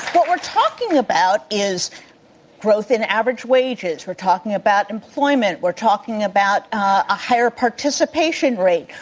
what we're talking about is growth in average wages. we're talking about employment, we're talking about a higher participation rate,